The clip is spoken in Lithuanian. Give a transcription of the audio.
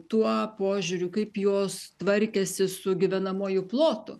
tuo požiūriu kaip jos tvarkėsi su gyvenamuoju plotu